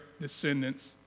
descendants